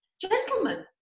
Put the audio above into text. gentlemen